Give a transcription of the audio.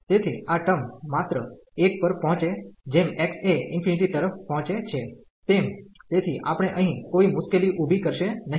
તેથી આ ટર્મ માત્ર 1 પર પહોંચે જેમ x એ ∞ તરફ પહોંચે છે તેમ તેથી આપણે અહિં કોઈ મુશ્કેલી ઉભી કરશે નહીં